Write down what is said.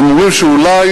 הם אומרים שאולי